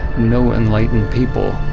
no enlightened people.